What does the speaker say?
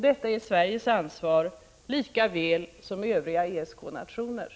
Detta är Sveriges ansvar lika väl som övriga ESK-nationers.